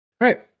right